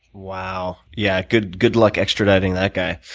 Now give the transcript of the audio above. wow. yeah, good good luck extraditing that guy.